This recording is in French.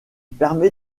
permet